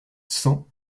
cent